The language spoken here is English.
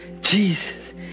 Jesus